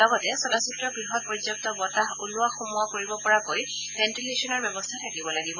লগতে চলচিত্ৰ গৃহত পৰ্যাপ্ত বতাহ ওলোৱা সোমোৱা কৰিব পৰাকৈ ভেণ্টিলেচনৰ ব্যৱস্থা থাকিব লাগিব